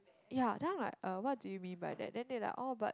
ya then I'm like uh what do you mean by that then they like oh but